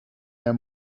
mehr